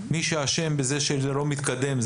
מי שאשם בזה שזה לא מתקדם,